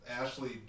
Ashley